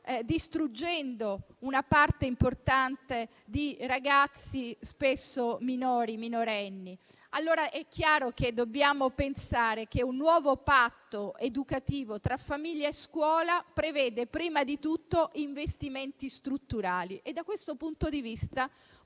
distruggendo una parte importante di ragazzi, spesso minorenni. È chiaro che dobbiamo pensare che un nuovo patto educativo tra famiglia e scuola preveda, prima di tutto, investimenti strutturali. Da questo punto di vista,